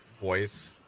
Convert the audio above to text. voice